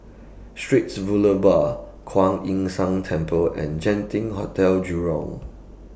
Straits Kuan Yin San Temple and Genting Hotel Jurong